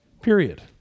Period